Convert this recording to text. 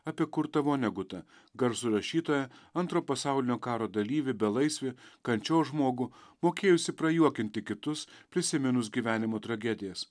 apie kurtą vonegutą garsų rašytoją antrojo pasaulinio karo dalyvį belaisvį kančios žmogų mokėjusį prajuokinti kitus prisiminus gyvenimo tragedijas